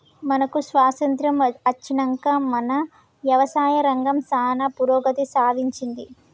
మనకు స్వాతంత్య్రం అచ్చినంక మన యవసాయ రంగం సానా పురోగతి సాధించింది